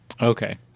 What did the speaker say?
Okay